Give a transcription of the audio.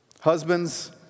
Husbands